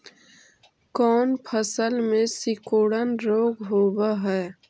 कोन फ़सल में सिकुड़न रोग होब है?